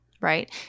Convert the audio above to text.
right